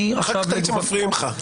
אחר כך אתה טוען שמפריעים לך.